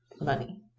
money